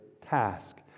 task